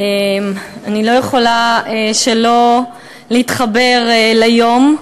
אני לא יכולה שלא להתחבר ליום,